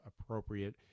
appropriate